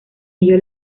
ello